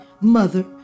mother